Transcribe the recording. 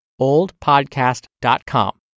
oldpodcast.com